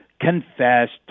confessed